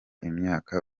imyaka